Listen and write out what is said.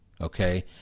okay